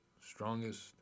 strongest